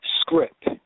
script